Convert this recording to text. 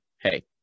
hey